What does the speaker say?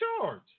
charge